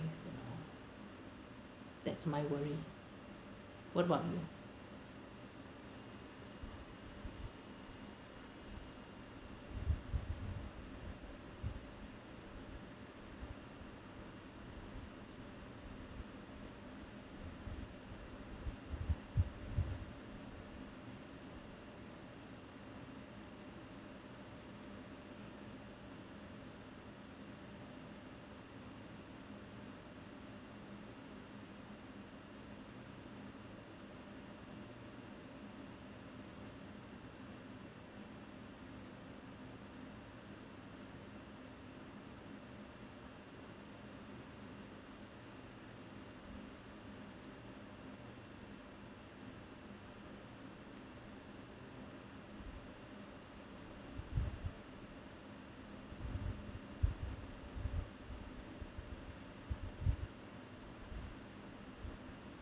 that's my worry what about you